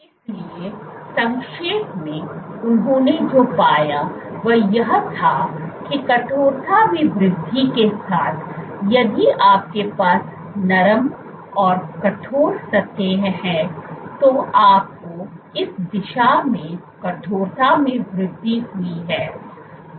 इसलिए संक्षेप में उन्होंने जो पाया वह यह था कि कठोरता में वृद्धि के साथ यदि आपके पास नरम और कठोर सतहें हैं तो आपको इस दिशा में कठोरता में वृद्धि हुई है